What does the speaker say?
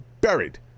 buried